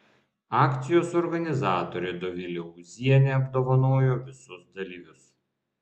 akcijos organizatorė dovilė ūzienė apdovanojo visus dalyvius